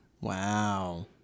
Wow